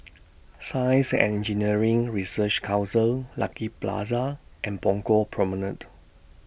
Science and Engineering Research Council Lucky Plaza and Punggol Promenade